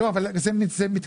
לא, אבל זה מתקיים.